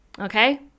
Okay